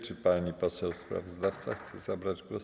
Czy pani poseł sprawozdawca chce zabrać głos?